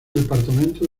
departamento